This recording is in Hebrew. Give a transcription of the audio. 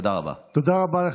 תודה רבה.